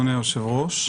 אדוני היושב-ראש,